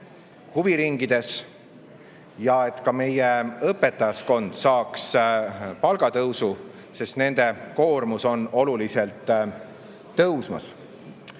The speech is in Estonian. huviringides ja et ka meie õpetajaskond saaks palgatõusu, sest nende koormus on oluliselt tõusmas.